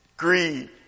greed